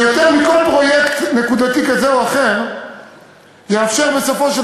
שיותר מכל פרויקט נקודתי כזה או אחר יאפשר בסופו של